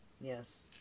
Yes